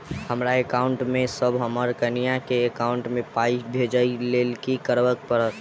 हमरा एकाउंट मे सऽ हम्मर कनिया केँ एकाउंट मै पाई भेजइ लेल की करऽ पड़त?